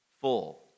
full